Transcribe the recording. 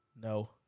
No